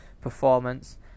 performance